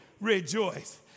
rejoice